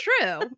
true